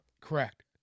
Correct